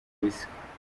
bisa